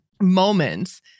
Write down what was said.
moments